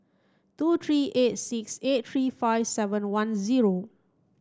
two three eight six eight three five seven one zero